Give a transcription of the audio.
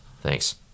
Thanks